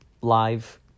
Live